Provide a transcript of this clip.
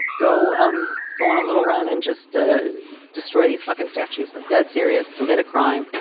go um go on a little run and just ah destroy these fuckin statues. i'm dead serious. commit a crime.